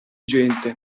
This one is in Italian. gente